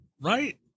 right